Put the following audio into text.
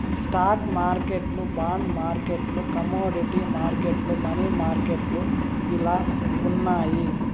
stock మార్కెట్లు bond మార్కెట్లు commodity మార్కెట్లు, మనీ మార్కెట్లు ఇలా ఉన్నాయి